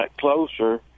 closer